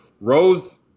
Rose